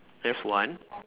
that's one